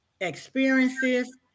experiences